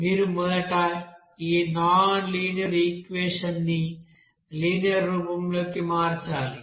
మీరు మొదట ఈ నాన్ లీనియర్ ఈక్వెషన్ ని లినియర్ రూపంలోకి మార్చాలి